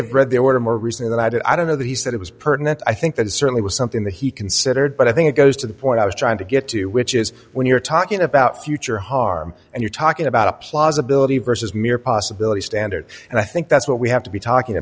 have read there were more recently that i did i don't know that he said it was pertinent i think that it certainly was something that he considered but i think it goes to the point i was trying to get to which is when you're talking about future harm and you're talking about applause ability versus mere possibility standard and i think that's what we have to be talking